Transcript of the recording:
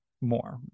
more